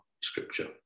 scripture